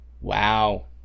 Wow